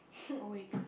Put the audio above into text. awake